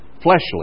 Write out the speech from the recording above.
fleshly